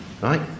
Right